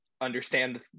understand